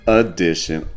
edition